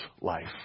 life